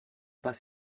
pas